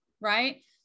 right